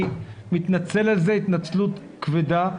אני מתנצל על כך התנצלות כבדה.